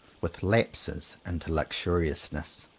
with lapses into luxuriousness.